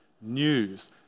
news